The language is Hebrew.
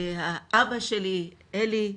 והאבא שלי אלי,